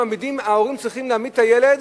ההורים צריכים להעמיד את הילד